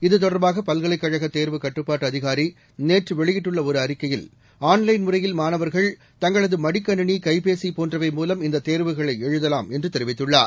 இதுதொடர்பாக பல்கலைக் கழக தேர்வு கட்டுப்பாட்டு அதிகாரி நேற்று வெளியிட்டுள்ள ஒரு அறிக்கையில் ஆன்லைன் முறையில் மாணவர்கள் தங்களது மடிக்கணினி கைபேசி போன்றவை மூலம் இந்த தேர்வுகளை எழுதலாம் என்று தெரிவித்துள்ளார்